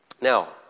Now